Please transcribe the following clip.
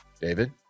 David